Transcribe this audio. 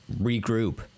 regroup